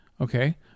Okay